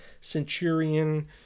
Centurion